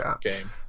game